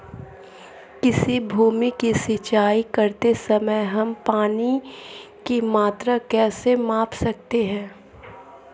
किसी भूमि की सिंचाई करते समय हम पानी की मात्रा कैसे माप सकते हैं?